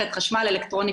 פלוס-מינוס 4,000